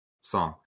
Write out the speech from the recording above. song